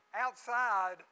outside